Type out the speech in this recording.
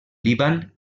líban